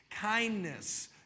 kindness